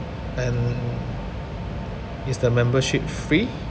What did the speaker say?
and is the membership free